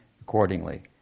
accordingly